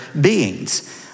beings